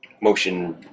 motion